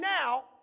now